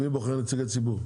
מי בוחר את נציגי הציבור?